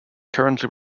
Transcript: currently